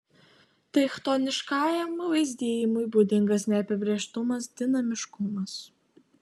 tai chtoniškajam vaizdijimui būdingas neapibrėžtumas dinamiškumas